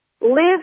Live